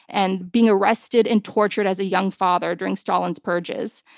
and being arrested and tortured as a young father during stalin's purges.